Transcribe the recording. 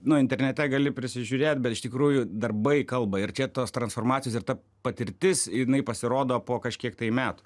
nu internete gali prisižiūrėt bet iš tikrųjų darbai kalba ir čia tos transformacijos ir ta patirtis jinai pasirodo po kažkiek metų